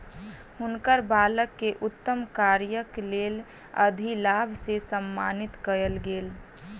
हुनकर बालक के उत्तम कार्यक लेल अधिलाभ से सम्मानित कयल गेल